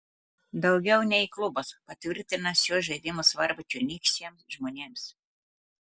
daugiau nei klubas patvirtina šio žaidimo svarbą čionykščiams žmonėms